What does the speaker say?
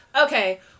Okay